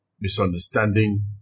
misunderstanding